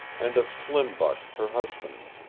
and of slim buck her husband.